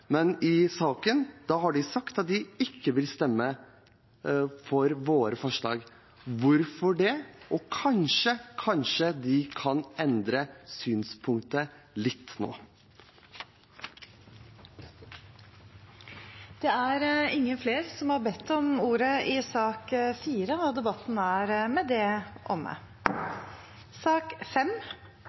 men i saken har de sagt at de ikke vil stemme for våre forslag. Hvorfor det? Kanskje kan de endre synspunkt nå? Flere har ikke bedt om ordet til sak nr. 4. Etter ønske fra helse- og omsorgskomiteen vil presidenten ordne debatten